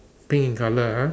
pink in colour ah